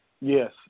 Yes